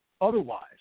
Otherwise